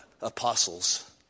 apostles